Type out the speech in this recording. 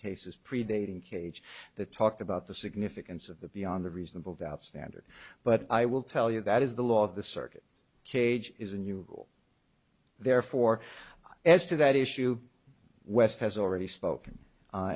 cases predating cage that talked about the significance of the beyond a reasonable doubt standard but i will tell you that is the law of the circuit cage is a new rule therefore as to that issue west has already spoke